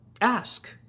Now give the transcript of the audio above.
ask